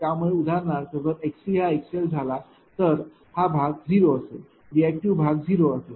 त्यामुळे उदाहरणार्थ जर xc हा xl झाला तर हा भाग 0 असेल रिएक्टिव भाग 0 असेल